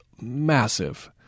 massive